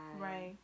right